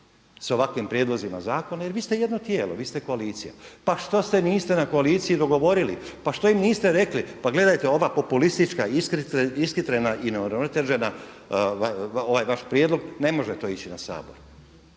sa ovakvim prijedlozima zakona jer vi ste jedno tijelo, vi ste koalicija. Pa što se niste na koaliciji dogovorili? Pa što im niste rekli? Pa gledajte ova populistička ishitrena i neuravnotežena, ovaj vaš prijedlog ne može to ići na Sabor.